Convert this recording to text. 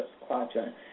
quadrant